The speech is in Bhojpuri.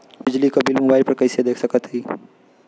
बिजली क बिल मोबाइल पर कईसे देख सकत हई?